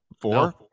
Four